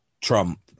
Trump